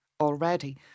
already